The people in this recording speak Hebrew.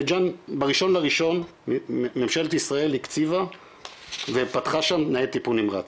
בית ג'אן ב-1.1 ממשלת ישראל הקציבה ופתחה שם ניידת טיפול נמרץ,